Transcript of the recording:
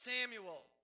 Samuel